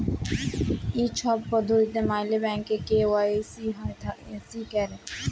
ই ছব পদ্ধতি ম্যাইলে ব্যাংকে কে.ওয়াই.সি ক্যরে